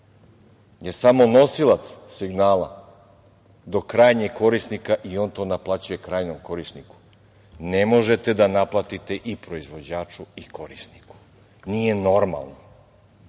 je samo nosilac signala do krajnjeg korisnika i on to naplaćuje krajnjem korisniku. Ne možete da naplatite i proizvođaču i korisniku. Nije normalno.